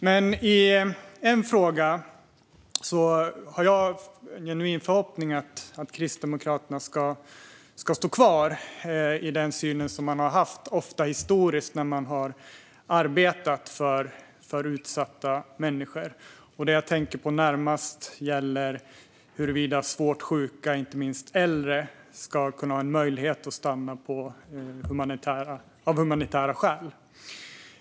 Men i en fråga har jag en genuin förhoppning om att Kristdemokraterna ska stå kvar i den syn de har haft historiskt när man har arbetat för utsatta människor. Det jag tänker på närmast är huruvida svårt sjuka, inte minst äldre, ska ha möjlighet att få stanna av humanitära skäl.